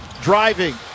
Driving